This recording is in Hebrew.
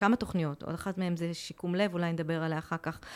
כמה תוכניות, עוד אחת מהן זה שיקום לב, אולי נדבר עליה אחר כך.